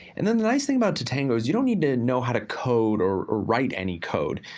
and then the nice thing about tatango is you don't need to know how to code or or write any code.